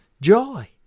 joy